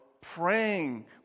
praying